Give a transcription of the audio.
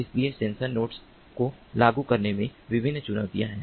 इसलिए sensor network को लागू करने में विभिन्न चुनौतियां हैं